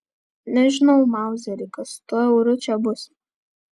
nežinau mauzeri kas su tuo euru čia bus